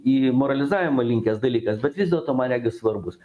į moralizavimą linkęs dalykas bet vis dėlto man regis svarbus